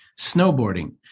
snowboarding